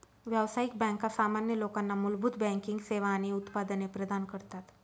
व्यावसायिक बँका सामान्य लोकांना मूलभूत बँकिंग सेवा आणि उत्पादने प्रदान करतात